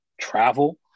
travel